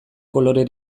kolore